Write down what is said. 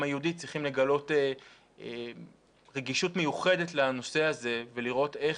היהודי צריכים לגלות רגישות מיוחדת לנושא הזה ולראות,